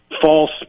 false